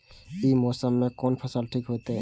ई मौसम में कोन फसल ठीक होते?